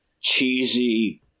cheesy